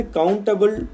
countable